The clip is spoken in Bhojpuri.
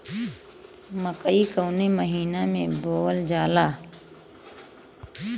मकई कवने महीना में बोवल जाला?